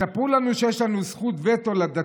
ספרו לנו שיש לנו, לדתיים,